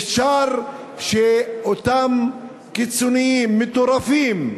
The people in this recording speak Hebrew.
אפשר שאותם קיצוניים מטורפים,